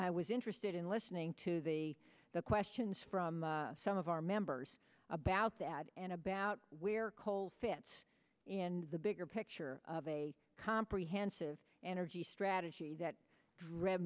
always interested in listening to the the questions from some of our members about that and about where coal fits in the bigger picture of a comprehensive energy strategy that dr